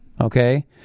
okay